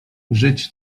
żyć